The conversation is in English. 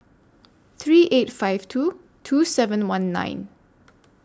three eight five two two seven one nine